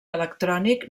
electrònic